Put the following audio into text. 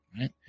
right